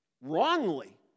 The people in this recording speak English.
wrongly